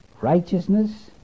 righteousness